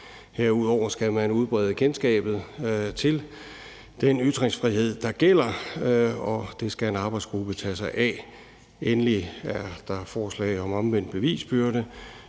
Herudover skal man udbrede kendskabet til den ytringsfrihed, der gælder, og det skal en arbejdsgruppe tage sig af. Endelig er der forslag om omvendt bevisbyrde,